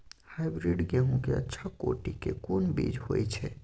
Hybrid गेहूं के अच्छा कोटि के कोन बीज होय छै?